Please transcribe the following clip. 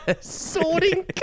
Sorting